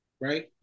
right